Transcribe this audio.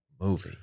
movie